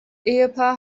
ehepaar